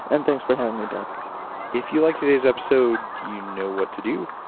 and thanks for having me, dave if you liked today's episode, you know what to do.